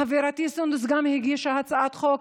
חברתי סונדוס גם הגישה הצעת חוק,